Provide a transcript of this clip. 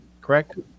correct